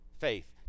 faith